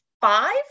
five